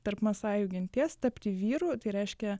tarp masajų genties tapti vyru tai reiškia